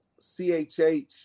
CHH